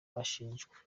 ashinjwa